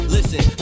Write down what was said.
Listen